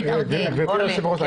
כבוד היושבת-ראש,